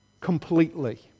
completely